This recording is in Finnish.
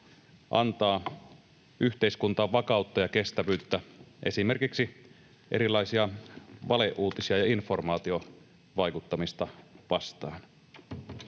antaa yhteiskuntaan vakautta ja kestävyyttä esimerkiksi erilaisia valeuutisia ja informaatiovaikuttamista vastaan.